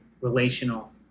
relational